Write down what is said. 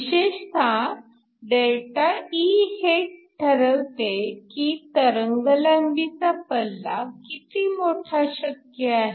विशेषतः ΔE हे ठरवते की तरंगलांबीचा पल्ला किती मोठा शक्य आहे